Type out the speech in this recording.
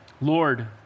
Lord